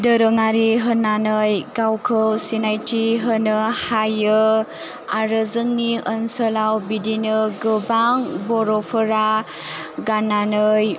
दोहोरोङारि होननानै गावखौ सिनायथि होनो हायो आरो जोंनि ओनसोलाव बिदिनो गोबां बर'फोरा गाननानै